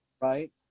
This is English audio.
right